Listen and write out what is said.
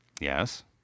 yes